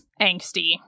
angsty